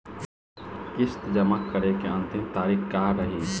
किस्त जमा करे के अंतिम तारीख का रही?